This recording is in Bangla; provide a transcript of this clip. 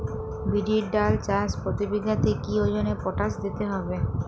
বিরির ডাল চাষ প্রতি বিঘাতে কি ওজনে পটাশ দিতে হবে?